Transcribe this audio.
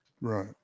Right